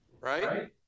right